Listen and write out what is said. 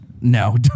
No